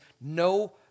no